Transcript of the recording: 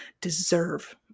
deserve